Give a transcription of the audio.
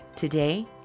Today